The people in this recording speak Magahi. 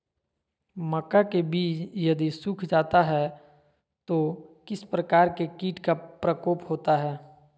मक्का के बिज यदि सुख जाता है तो किस प्रकार के कीट का प्रकोप होता है?